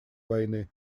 войны